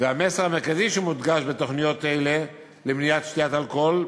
והמסר המרכזי שמודגש בתוכניות אלה למניעת שתיית אלכוהול,